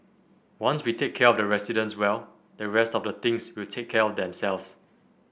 once we take care of the residents well the rest of the things will take care of themselves